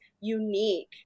unique